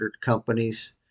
companies